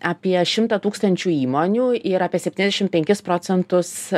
apie šimtą tūkstančių įmonių yra apie septyniasdešim penkis procentus